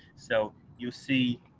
so, you see,